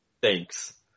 Thanks